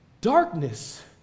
Darkness